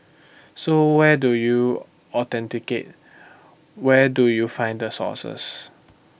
so where do you authenticate where do you find the sources